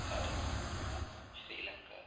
भारतं श्रीलङ्का